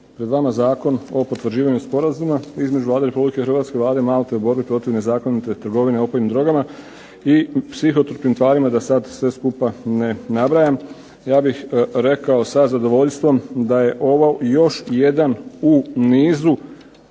pred vama Zakon o potvrđivanju Sporazuma između Vlade RH i Vlade Malte o borbi protiv nezakonite trgovine opojnim drogama i psihotropnim tvarima da sad sve skupa ne nabrajam. Ja bih rekao sa zadovoljstvom da je ovo još jedan u nizu